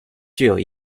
具有